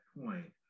point